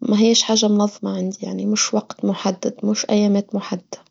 ما هيش حاجة منظمة عندي يعني مش وقت محدد، مش أيامات محددة.